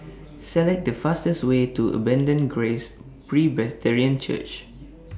Select The fastest Way to Abundant Grace Presbyterian Church